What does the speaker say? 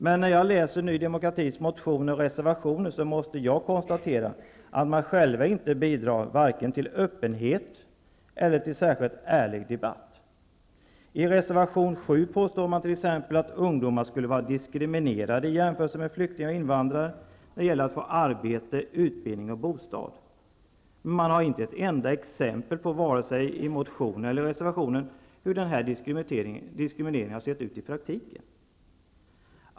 Men när jag läser Ny demokratis motioner och reservationer måste jag konstatera att man själv inte bidrar vare sig till öppen eller till särskilt ärlig debatt. I reservation 7 påstår man t.ex. att ungdomar skulle vara diskriminerade i jämförelse med flyktingar och invandrare när det gäller att få arbete, utbildning och bostad. Men man har inte ett enda exempel vare sig i motionen eller i reservation på hur den här diskrimineringen ser ut i praktiken.